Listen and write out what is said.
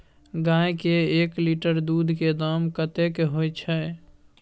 गाय के एक लीटर दूध के दाम कतेक होय छै?